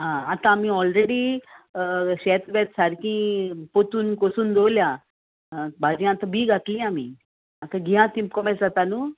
आतां आमी ऑलरेडी शेत वेत सारकी पोतून कोसून दवरल्या भाजी आतां बी घातली आमी आतां घेयात तीं कोवें जाता न्हू